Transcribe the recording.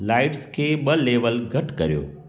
lights खे ॿ level घटि करियो